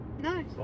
Nice